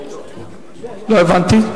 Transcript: לא הבנתי.